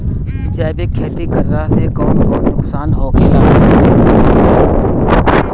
जैविक खेती करला से कौन कौन नुकसान होखेला?